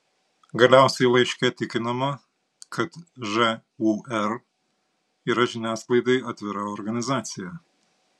galiausiai laiške tikinama kad žūr yra žiniasklaidai atvira organizacija